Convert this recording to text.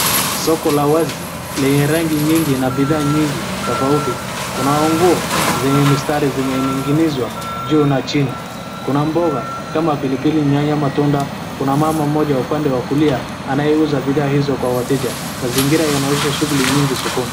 Soko la wazi lenye rangi nyingi na bidhaa nyingi tofauti. Kuna nguo zenye mistari zimening'inizwa juu na chini. Kuna mboga kama pilipili, nyanya, matunda. Kuna mama mmoja upande wa kulia anayeuza bidhaa hizo kwa wateja. Mazingira yanaonyesha shughuli nyingi sokoni.